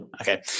Okay